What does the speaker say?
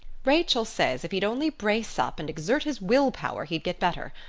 rachel says if he'd only brace up and exert his will power he'd get better.